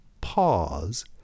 pause